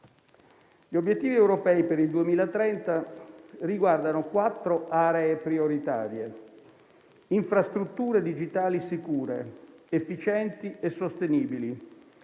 Gli obiettivi europei per il 2030 riguardano quattro aree prioritarie: infrastrutture digitali sicure, efficienti e sostenibili,